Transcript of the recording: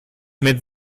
mit